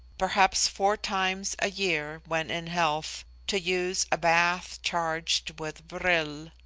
perhaps four times a-year when in health, to use a bath charged with vril.